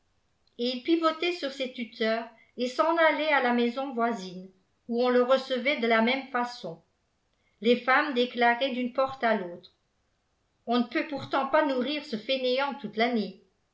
il pivotait sur ses tuteurs et s'en allait à la maison voisine où on le recevait de la même façon les femmes déclaraient d'une porte à l'autre on n peut pourtant pas nourrir ce fainéant toute l'année